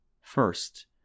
First